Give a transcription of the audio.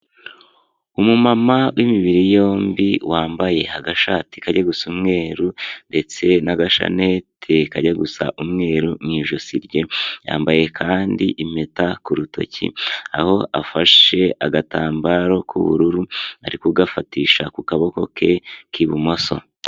Umumama w'imibiri yombi wambaye agashati kajya gusa umweru ndetse n'agashanete kajya gusa umweru mu ijosi rye, yambaye kandi impeta ku rutoki, aho afashe agatambaro k'ubururu ari kugafatisha ku kaboko ke k'ibumoso.